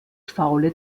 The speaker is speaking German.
faule